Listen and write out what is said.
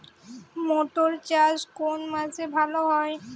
মটর চাষ কোন মাসে ভালো হয়?